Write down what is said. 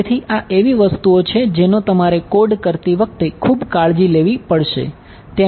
તેથી આ એવી વસ્તુઓ છે જેનો તમારે કોડ કરતી વખતે ખૂબ કાળજી લેવી પડશે